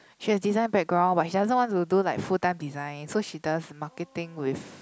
she has design background but she doesn't want to do like full time design so she does marketing with